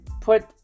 put